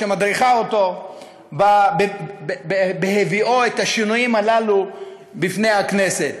שמדריכה אותו בהביאו את השינויים הללו בפני הכנסת.